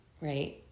right